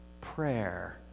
prayer